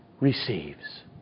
receives